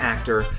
Actor